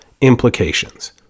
implications